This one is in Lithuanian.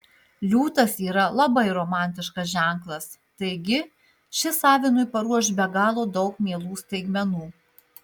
liūtas yra labai romantiškas ženklas taigi šis avinui paruoš be galo daug mielų staigmenų